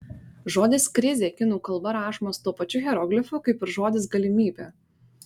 žodis krizė kinų kalba rašomas tuo pačiu hieroglifu kaip ir žodis galimybė